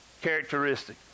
characteristic